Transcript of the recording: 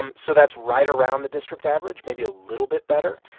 um so that's right around the district average, maybe a little bit better.